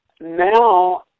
now